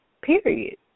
Period